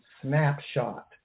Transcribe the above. snapshot